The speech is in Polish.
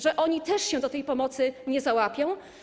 Że oni też się na tę pomoc nie załapią?